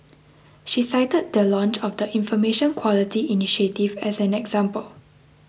she cited the launch of the Information Quality initiative as an example